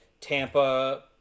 Tampa